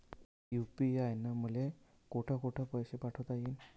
UPI न मले कोठ कोठ पैसे पाठवता येईन?